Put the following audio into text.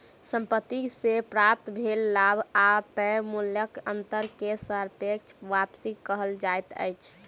संपत्ति से प्राप्त भेल लाभ आ तय मूल्यक अंतर के सापेक्ष वापसी कहल जाइत अछि